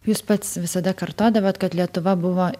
jūs pats visada kartodavot kad lietuva buvo